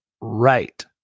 right